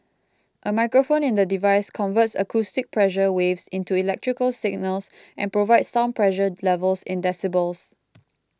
a microphone in the device converts acoustic pressure waves into electrical signals and provides sound pressure levels in decibels